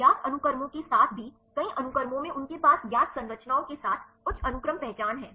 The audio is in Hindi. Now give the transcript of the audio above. ज्ञात अनुक्रमों के साथ भी कई अनुक्रमों में उनके पास ज्ञात संरचनाओं के साथ उच्च अनुक्रम पहचान है